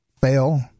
fail